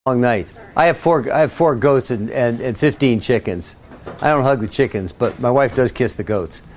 all night i have four i have four goats and and and fifteen chickens i don't hug the chickens, but my wife does kiss the goats